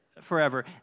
forever